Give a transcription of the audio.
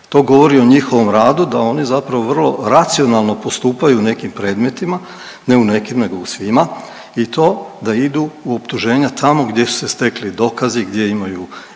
To govori o njihovom radu da oni zapravo vrlo racionalno postupaju u nekim predmetima, ne u nekim nego u svima i to da idu u optuženja tamo gdje su se stekli dokazi, gdje imaju utvrđene